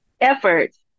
efforts